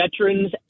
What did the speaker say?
veterans